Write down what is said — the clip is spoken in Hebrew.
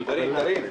(דחיית מועד התחילה) (מ/1291)